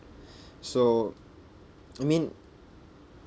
so I mean